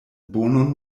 bonon